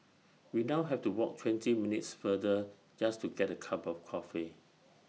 we now have to walk twenty minutes further just to get A cup of coffee